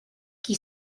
qui